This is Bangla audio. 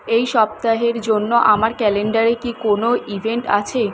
এই সপ্তাহের জন্য আমার ক্যালেণ্ডারে কি কোনও ইভেন্ট আছে